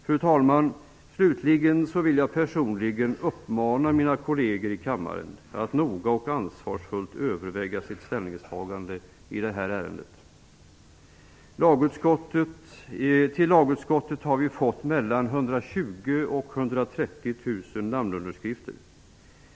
Fru talman! Slutligen vill jag uppmana mina kolleger i kammaren att noga och ansvarsfullt överväga sina ställningstaganden i detta ärende. Till lagutskottet har vi fått 120 000--130 000 namnunderskrifter.